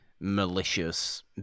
malicious